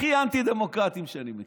הכי אנטי-דמוקרטיים שאני מכיר,